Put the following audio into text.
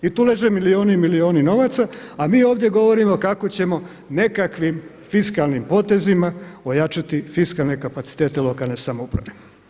I tu leže milijuni i milijuni novaca a mi ovdje govorimo kako ćemo nekakvim fiskalnim potezima ojačati fiskalne kapacitete lokalne samouprave.